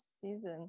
season